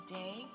day